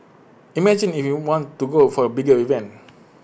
imagine if you want to go for A bigger event